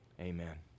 Amen